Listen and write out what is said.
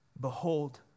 Behold